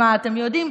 אתם יודעים,